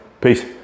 Peace